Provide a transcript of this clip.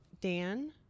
Dan